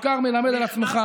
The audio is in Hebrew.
זה בעיקר מלמד על עצמך.